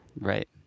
Right